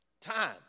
Time